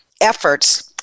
efforts